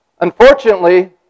Unfortunately